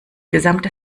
gesamte